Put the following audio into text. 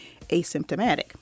asymptomatic